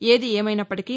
ఏది ఏమైనప్పటికీ